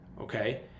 okay